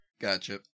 Gotcha